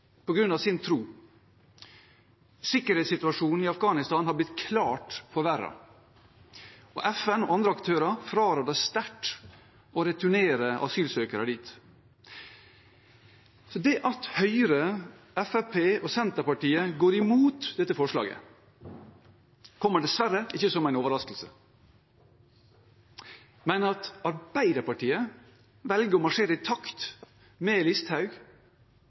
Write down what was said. av sin tro. Sikkerhetssituasjonen i Afghanistan har blitt klart forverret, og FN og andre aktører fraråder sterkt å returnere asylsøkere dit. Det at Høyre, Fremskrittspartiet og Senterpartiet går imot dette forslaget, kommer dessverre ikke som en overraskelse, men at Arbeiderpartiet velger å marsjere i takt med statsråd Listhaug,